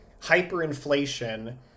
hyperinflation